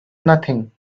nothing